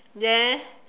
then